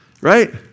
Right